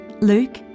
Luke